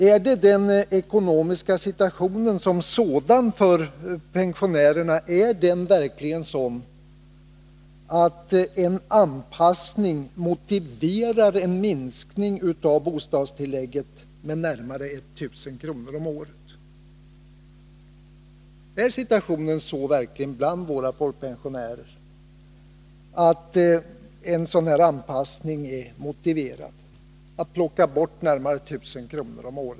Är den ekonomiska situationen för pensionärerna verkligen sådan, att en anpassning motiverar en minskning av bostadstillägget med närmare 1000 kr. om året för dem?